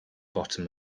bottom